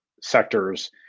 sectors